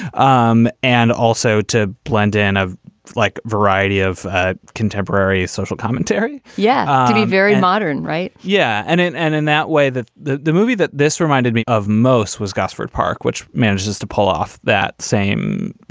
um and also to blend of like variety of ah contemporary social commentary. yeah, to be very modern, right. yeah. and in and in that way that the the movie that this reminded me of most was gosford park, which manages to pull off that same,